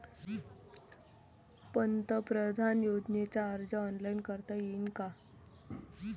पंतप्रधान योजनेचा अर्ज ऑनलाईन करता येईन का?